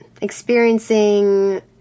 experiencing